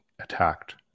attacked